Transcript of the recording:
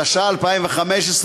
התשע"ה 2015,